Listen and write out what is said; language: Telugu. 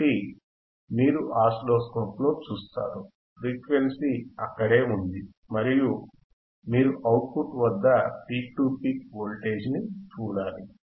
కాబట్టి మీరు ఆసిలోస్కోప్ లో చూస్తారు ఫ్రీక్వెన్సీ అక్కడే ఉంది మరియు మీరు అవుట్ పుట్ వద్ద పీక్ టు పీక్ వోల్టేజ్ను చూడాలి